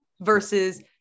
versus